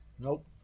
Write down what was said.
Nope